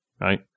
Right